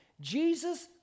Jesus